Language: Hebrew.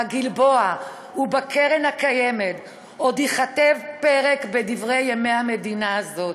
בגלבוע ובקרן קיימת עוד ייכתב פרק בדברי ימי המדינה הזאת,